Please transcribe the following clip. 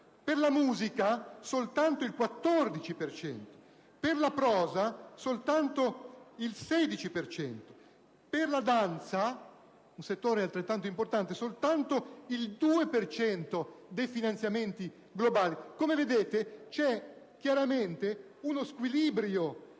per la musica soltanto il 14 per cento; per la prosa soltanto il 16 per cento e per la danza, un settore altrettanto importante, soltanto il 2 per cento dei finanziamenti globali. Come vedete, c'è chiaramente uno squilibrio